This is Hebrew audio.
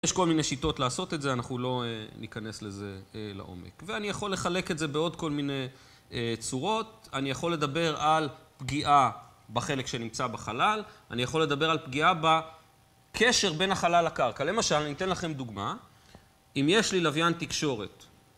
יש כל מיני שיטות לעשות את זה, אנחנו לא ניכנס לזה לעומק. ואני יכול לחלק את זה בעוד כל מיני צורות, אני יכול לדבר על פגיעה בחלק שנמצא בחלל, אני יכול לדבר על פגיעה בקשר בין החלל לקרקע. למשל, אני אתן לכם דוגמה. אם יש לי לוויין תקשורת,